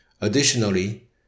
Additionally